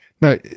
Now